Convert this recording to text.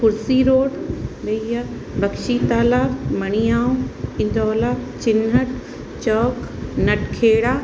कुर्सी रोड मैया बख्शी तालाब मणीआओ इंदौला चिन्हट चौक नटखेड़ा